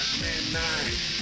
midnight